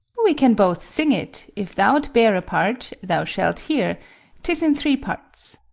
we can both sing it if thou'lt bear a part, thou shalt hear tis in three parts.